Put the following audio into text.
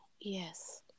Yes